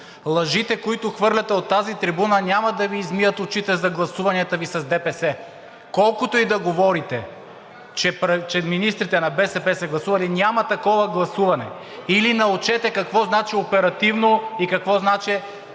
Лъжите, които хвърляте от тази трибуна, няма да Ви измият очите за гласуванията Ви с ДПС. Колкото и да говорите, че министрите на БСП са гласували, няма такова гласуване. Или научете какво значи оперативно и какво значи